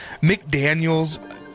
McDaniels